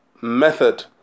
method